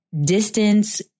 Distance